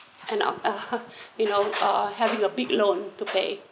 end up you know uh having a big loan to pay